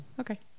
Okay